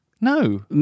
no